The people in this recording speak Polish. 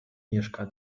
mieszka